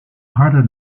harde